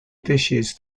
dishes